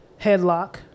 headlock